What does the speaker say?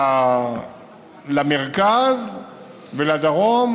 למרכז ולדרום,